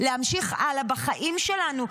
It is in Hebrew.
להמשיך הלאה בחיים שלנו,